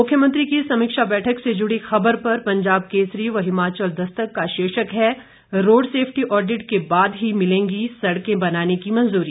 मुख्यमंत्री के समीक्षा बैठक से जुड़ी खबर पर पंजाब केसरी व हिमाचल दस्तक का शीर्षक है रोड सेफ्टी ऑडिट के बाद ही मिलेगी सड़कें बनाने की मंजूरी